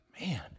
man